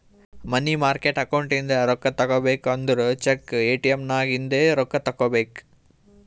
ಮನಿ market account ಇಂದ ರೊಕ್ಕಾ ತಗೋಬೇಕು ಅಂದುರ್ ಚೆಕ್, ಎ.ಟಿ.ಎಮ್ ನಾಗ್ ಇಂದೆ ತೆಕ್ಕೋಬೇಕ್